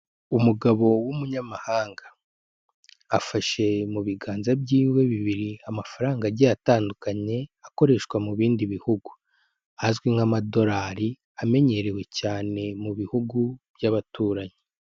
Umugabo w'umunyamahanga afashe mu biganza by'iwe bibiri amafaranga agiye atandukanye, akoreshwa mu bindi bihugu azwi nk'amadolari, amenyerewe cyane mu bihugu by'abaturanyi.